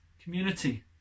community